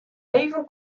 even